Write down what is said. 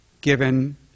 Given